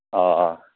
ꯑꯣ